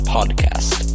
Podcast